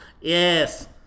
yes